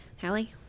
Hallie